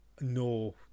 no